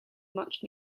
much